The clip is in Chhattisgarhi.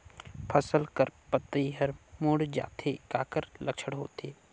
फसल कर पतइ हर मुड़ जाथे काकर लक्षण होथे?